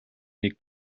нэг